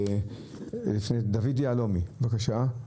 דוד יהלומי, בבקשה.